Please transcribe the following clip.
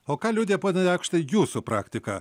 o ką liudija pone jakštai jūsų praktika